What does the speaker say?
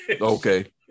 Okay